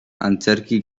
antzerki